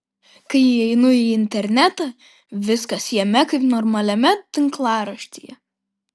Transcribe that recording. kai įeinu į internetą viskas jame kaip normaliame tinklaraštyje